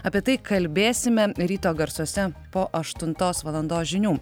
apie tai kalbėsime ryto garsuose po aštuntos valandos žinių